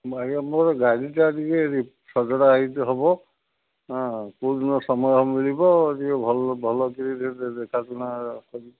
ଆଜ୍ଞା ମୋର ଗାଡ଼ିଟା ଟିକେ ସଜଡ଼ା ହେବ ହଁ କେଉଁ ଦିନ ସମୟ ମିଳିବ ଟିକେ ଭଲ ଭଲ କିରି ଟିକେ ଦେଖା ଶୁଣା କରିବ